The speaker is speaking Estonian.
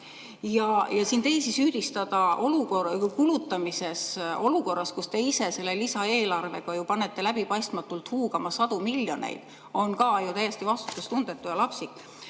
abita? Teisi süüdistada kulutamises olukorras, kus te ise selle lisaeelarvega panete läbipaistmatult huugama sadu miljoneid, on ka täiesti vastutustundetu ja lapsik.